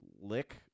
lick